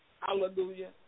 Hallelujah